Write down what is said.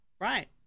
Right